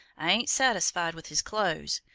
i ain't satisfied with his close,